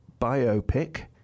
biopic